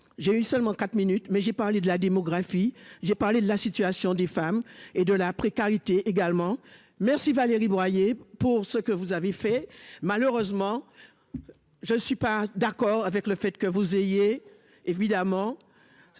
J'ai eu seulement 4 minutes mais j'ai parlé de la démographie. J'ai parlé de la situation des femmes et de la précarité également merci Valérie Boyer pour ce que vous avez fait malheureusement. Je ne suis pas d'accord avec le fait que vous ayez évidemment.